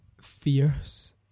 fierce